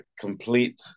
complete